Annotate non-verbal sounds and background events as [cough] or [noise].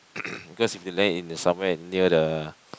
[coughs] cause if you land in the somewhere near the